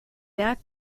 that